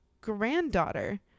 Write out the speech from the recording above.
granddaughter